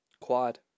Quad